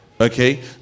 okay